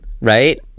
right